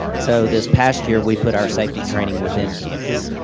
so this past year we put our safety training within canvass.